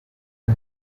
win